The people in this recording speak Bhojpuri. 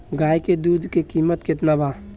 गाय के दूध के कीमत केतना बा?